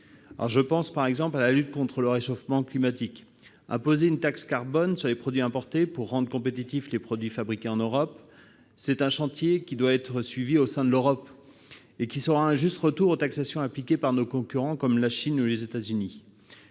Je pense par exemple à la lutte contre le réchauffement climatique. Imposer une taxe carbone sur les produits importés pour rendre compétitifs les produits fabriqués en Europe, c'est un chantier qui doit être suivi au sein de l'Europe et qui sera une juste réplique aux taxations appliquées par nos concurrents, comme la Chine ou les États-Unis.